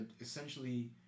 essentially